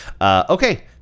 Okay